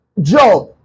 job